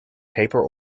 paper